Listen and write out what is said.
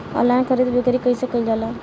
Online खरीद बिक्री कइसे कइल जाला?